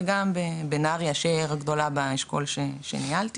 וגם בנהריה שהיא העיר הגדולה באשכול שניהלתי.